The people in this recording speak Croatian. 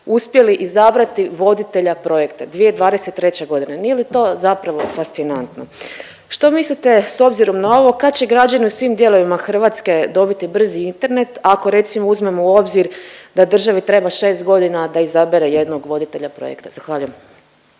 uspjeli izabrati voditelja projekta, 2023. g. Nije li to zapravo fascinantno? Što mislite, s obzirom na ovo, kad će građani u svim dijelovima Hrvatske dobiti brzi internet ako, recimo, uzmemo u obzir da državi treba 6 godina da izabere jednog voditelja projekta? Zahvaljujem.